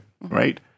right